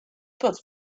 puts